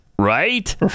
Right